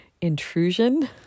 intrusion